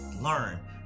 learn